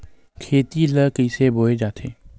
खेती ला कइसे बोय जाथे?